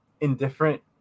indifferent